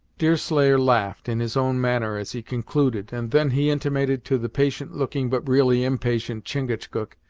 deerslayer laughed, in his own manner, as he concluded, and then he intimated to the patient-looking, but really impatient chingachgook,